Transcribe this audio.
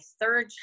third